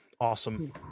awesome